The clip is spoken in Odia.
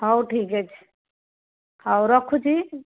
ହେଉ ଠିକ୍ ଅଛି ହେଉ ରଖୁଛି